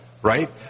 Right